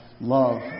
love